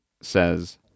says